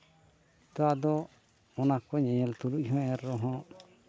ᱱᱮᱛᱟᱨ ᱫᱚ ᱚᱱᱟ ᱠᱚ ᱧᱮᱞ ᱛᱩᱞᱩᱡ ᱦᱚᱸ ᱮᱱᱨᱮᱦᱚᱸ